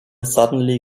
suddenly